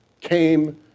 came